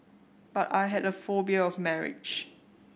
but I had a phobia of marriage